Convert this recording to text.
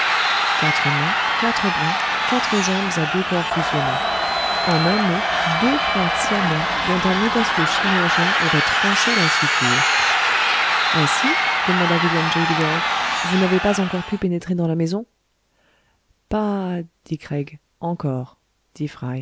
quatre mains quatre bras quatre jambes à deux corps fusionnés en un mot deux frères siamois dont un audacieux chirurgien aurait tranché la suture ainsi demanda william j bidulph vous n'avez pas encore pu pénétrer dans la maison pas dit craig encore dit